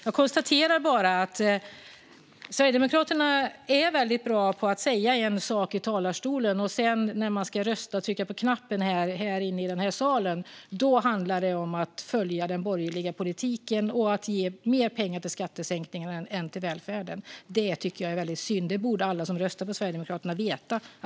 Jag konstaterar bara att Sverigedemokraterna är väldigt bra på att säga en sak i talarstolen, och när de sedan ska rösta och trycka på knappen här inne i salen handlar det om att följa den borgerliga politiken och att ge mer pengar till skattesänkningar än till välfärden. Det är väldigt synd. Att det ser ut så borde alla som röstar på Sverigedemokraterna veta.